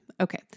Okay